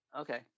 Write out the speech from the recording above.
okay